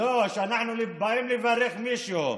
לא, כשאנחנו באים לברך מישהו.